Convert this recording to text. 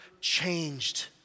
changed